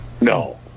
No